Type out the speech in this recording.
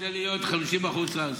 הוא רוצה להיות 50% סיכון.